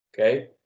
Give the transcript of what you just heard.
okay